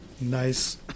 nice